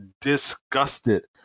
disgusted